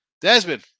Desmond